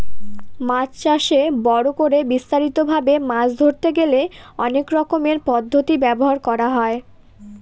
মাছ চাষে বড় করে বিস্তারিত ভাবে মাছ ধরতে গেলে অনেক রকমের পদ্ধতি ব্যবহার করা হয়